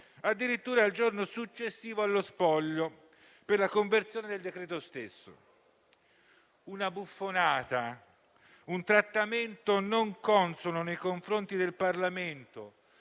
addirittura il giorno successivo allo spoglio per la conversione del decreto stesso. È stata una buffonata, un trattamento non consono nei confronti del Parlamento;